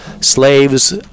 Slaves